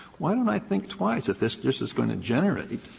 why don't i think twice if this this is going to generate